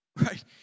Right